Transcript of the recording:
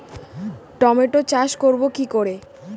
Tomato চাষ করব কি করে?